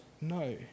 no